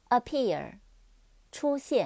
Appear,出现